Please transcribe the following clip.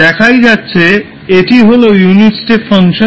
দেখাই যাচ্ছে এটি হল ইউনিট স্টেপ ফাংশন